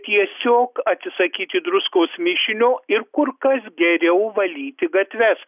tiesiog atsisakyti druskos mišinio ir kur kas geriau valyti gatves